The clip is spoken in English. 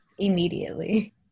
Immediately